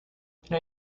can